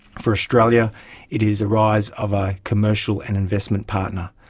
for australia it is a rise of a commercial and investment partner,